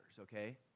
okay